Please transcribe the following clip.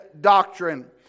doctrine